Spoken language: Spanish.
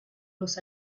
los